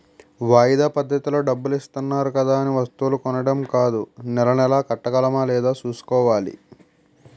వాయిదా పద్దతిలో డబ్బులిత్తన్నారు కదా అనే వస్తువులు కొనీడం కాదూ నెలా నెలా కట్టగలమా లేదా సూసుకోవాలి